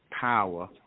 power